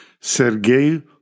Sergei